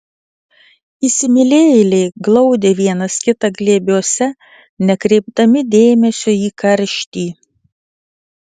įsimylėjėliai glaudė vienas kitą glėbiuose nekreipdami dėmesio į karštį